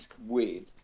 weird